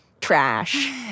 trash